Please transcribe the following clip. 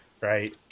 right